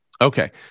Okay